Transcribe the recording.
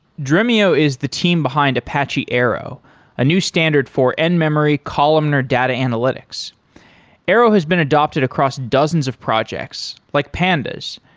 dremio is the team behind apache arrow, a new standard for end-memory columnar data analytics arrow has been adapted across dozens of projects, like pandas,